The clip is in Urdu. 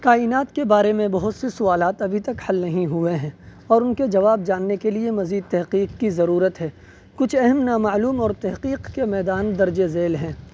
کائنات کے بارے میں بہت سے سوالات ابھی تک حل نہیں ہوئے ہیں اور ان کے جواب جاننے کے لیے مزید تحقیق کی ضرورت ہے کچھ اہم نامعلوم اور تحقیق کے میدان درج ذیل ہیں